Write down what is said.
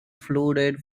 flooded